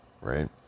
right